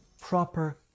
proper